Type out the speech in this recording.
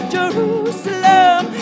Jerusalem